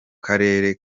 karere